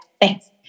Thanks